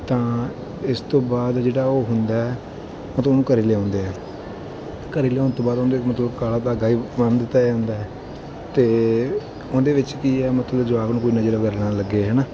ਤਾਂ ਇਸ ਤੋਂ ਬਾਅਦ ਜਿਹੜਾ ਉਹ ਹੁੰਦਾ ਮਤਲਬ ਉਹਨੂੰ ਘਰ ਲਿਆਉਂਦੇ ਹੈ ਘਰ ਲਿਆਉਣ ਤੋਂ ਬਾਅਦ ਉਹਦੇ ਮਤਲਬ ਕਾਲਾ ਧਾਗਾ ਬੰਨ ਦਿੱਤਾ ਜਾਂਦਾ ਹੈ ਅਤੇ ਉਹਦੇ ਵਿੱਚ ਕੀ ਹੈ ਮਤਲਬ ਜਵਾਕ ਨੂੰ ਕੋਈ ਨਜ਼ਰ ਵਗੈਰਾ ਨਾ ਲੱਗੇ ਹੈ ਨਾ